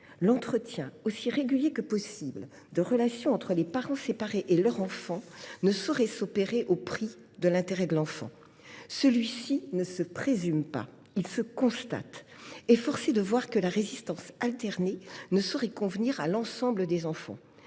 l’entretien aussi régulier que possible de relations entre les parents séparés et leur enfant ne saurait s’opérer au prix de l’intérêt de ce dernier. Celui ci ne se présume pas ; il se constate. Or il appert manifestement que la résidence alternée ne saurait convenir à l’ensemble des enfants.